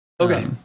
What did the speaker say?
Okay